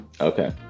okay